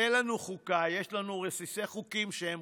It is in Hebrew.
אין לנו חוקה, יש לנו רסיסי חוקים שהם